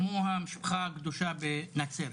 כמו 'המשפחה הקדושה' בנצרת,